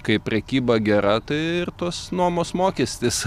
kai prekyba gera tai ir tos nuomos mokestis